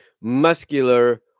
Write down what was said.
muscular